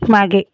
मागे